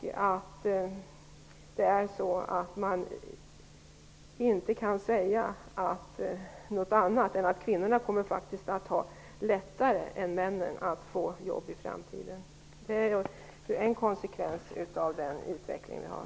Man kan inte säga annat än att kvinnorna faktiskt kommer att ha det lättare än männen att få jobb i framtiden. Det är en konsekvens av den utveckling som vi har.